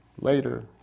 later